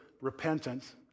repentance